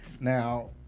Now